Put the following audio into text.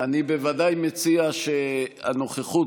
אני בוודאי מציע שהנוכחות,